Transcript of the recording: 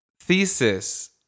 thesis